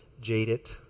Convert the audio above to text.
jaded